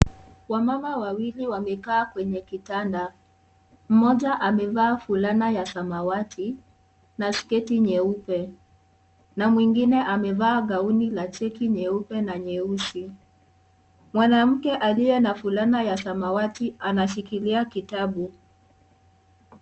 Wamama wawili wamekaa kwenye kitanda mmoja amevaa fulana ya samawati na sketi nyeupe na mwingine amevaa gaoni nyeupe na nyeusi mwanamke aliye na fulana ya samawati anashikilia kitabu.